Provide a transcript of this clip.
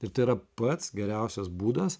ir tai yra pats geriausias būdas